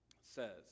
says